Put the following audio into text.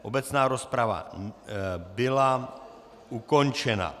Obecná rozprava byla ukončena.